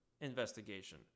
investigation